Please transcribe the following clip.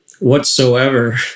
whatsoever